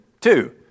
two